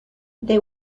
they